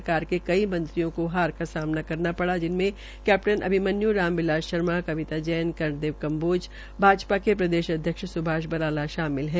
सरकार के कई मंत्रियों को हार का सामना करना पड़ा जिनमें कैप्टन अभिमन्यू प्रो राम बिलास शर्मा कविता जैन कर्णदेव कम्बोज भाजपा के प्रदेशाध्यक्ष सुभाष बराला शामिल है